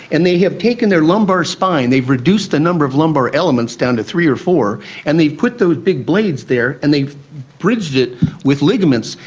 and they have taken their lumbar spine, they've reduced the number of lumber elements down to three or four and they've put those big blades there and they've bridged it with ligaments.